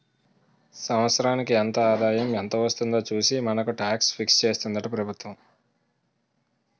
సంవత్సరానికి ఎంత ఆదాయం ఎంత వస్తుందో చూసి మనకు టాక్స్ ఫిక్స్ చేస్తుందట ప్రభుత్వం